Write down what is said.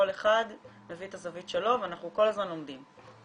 כל אחד מביא את הזווית שלו ואנחנו כל הזמן לומדים.